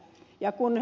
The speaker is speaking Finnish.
kun ed